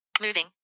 Moving